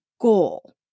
goal